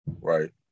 Right